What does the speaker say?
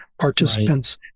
participants